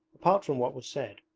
apart from what was said,